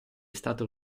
stato